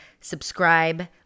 subscribe